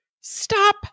Stop